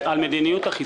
עם כל הכבוד,